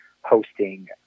hosting